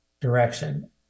direction